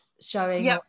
showing